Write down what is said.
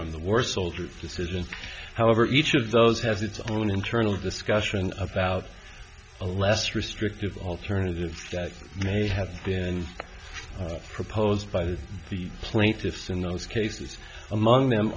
m the war soldiers decision however each of those has its own internal discussion about a less restrictive alternative that may have been proposed by the plaintiffs in those cases among them